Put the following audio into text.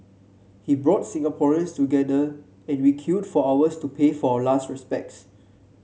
he brought Singaporeans together and we queued for hours to pay our last respects